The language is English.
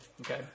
okay